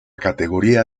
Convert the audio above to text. categoría